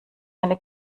eine